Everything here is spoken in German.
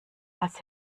als